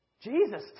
Jesus